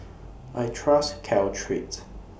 I Trust Caltrate